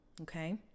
Okay